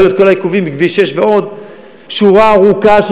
ראינו את כל העיכובים בכביש 6, ועוד.